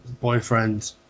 boyfriend